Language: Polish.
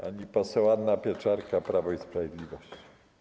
Pani poseł Anna Pieczarka, Prawo i Sprawiedliwość.